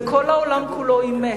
וכל העולם כולו אימץ,